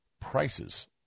Prices